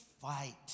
fight